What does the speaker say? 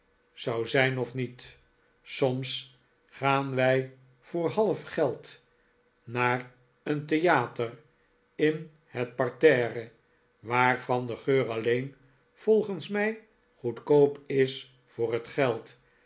zou zijn of niet soms gaan wij voor half geld naar een theater in het parterre waarvan de geur alleen volgens mij goedkoop is voor het geld